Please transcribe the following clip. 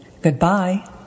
Goodbye